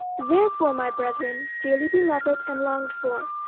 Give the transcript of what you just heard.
therefore, my brethren dearly beloved and longed for,